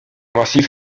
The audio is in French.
massif